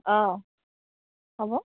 অঁ হ'ব